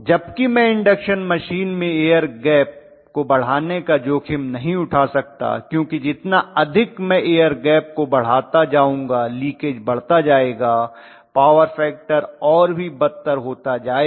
जबकि मैं induction machine में एयर गैप को बढ़ाने का जोखिम नहीं उठा सकता क्योंकि जितना अधिक मैं एयर गैप को बढ़ाता जाऊंगा लीकेज बढ़ता जाएगा पावर फैक्टर और भी बदतर होता जाएगा